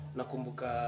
Nakumbuka